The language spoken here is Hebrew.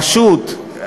פשוט,